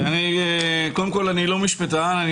אני לא משפטן.